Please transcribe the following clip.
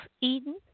Eden